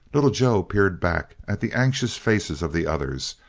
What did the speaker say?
little joe peered back at the anxious faces of the others,